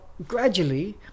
Gradually